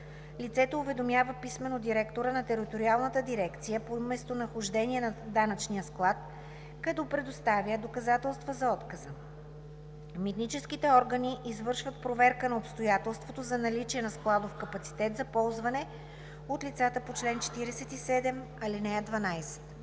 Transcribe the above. лицето уведомява писмено директора на териториалната дирекция по местонахождение на данъчния склад, като предоставя доказателства за отказа. Митническите органи извършват проверка на обстоятелството за наличие на складов капацитет за ползване от лицата по чл. 47, ал. 12.